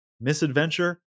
misadventure